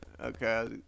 Okay